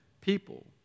people